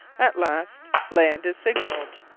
at last land is signalled.